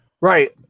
Right